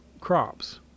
crops